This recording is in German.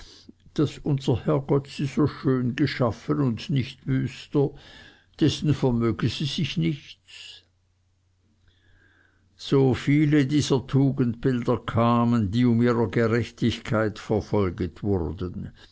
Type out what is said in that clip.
daß unser herrgott sie so schön erschaffen und nicht wüster dessen vermöge sie sich nichts so viele dieser tugendbilder kamen die um ihrer gerechtigkeit willen verfolget wurden